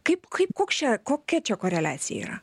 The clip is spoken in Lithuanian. kaip kaip koks čia kokia čia koreliacija yra